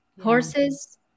horses